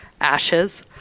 Ashes